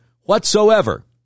whatsoever